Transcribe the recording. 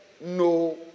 no